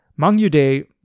Mangyude